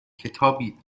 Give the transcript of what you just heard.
کتابی